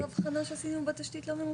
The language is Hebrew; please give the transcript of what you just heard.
אבל זאת בדיוק האבחנה שעשינו בתשתית לא ממופה,